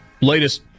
latest